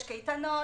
יש קייטנות,